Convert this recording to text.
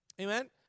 Amen